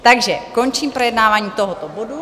Takže končím projednávání tohoto bodu.